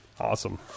Awesome